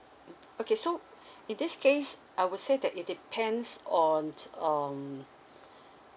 mm okay so in this case I would say that it depends on um